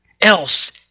else